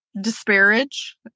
disparage